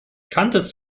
kanntest